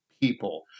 people